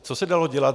Co se dalo dělat?